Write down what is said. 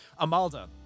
Amalda